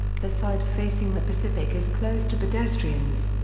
the side facing the pacific is closed to pedestrians.